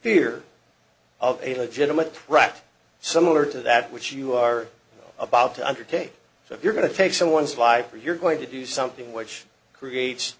fear of a legitimate right similar to that which you are about to undertake so if you're going to take someone's life or you're going to do something which creates